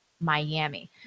Miami